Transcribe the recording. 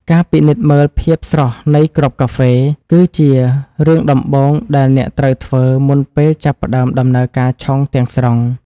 ការពិនិត្យមើលភាពស្រស់នៃគ្រាប់កាហ្វេ គឺជារឿងដំបូងដែលអ្នកត្រូវធ្វើ មុនពេលចាប់ផ្តើមដំណើរការឆុងទាំងស្រុង។